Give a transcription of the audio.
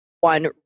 one